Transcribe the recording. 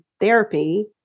therapy